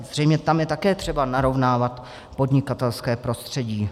Zřejmě tam je také třeba narovnávat podnikatelské prostředí.